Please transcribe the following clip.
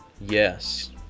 Yes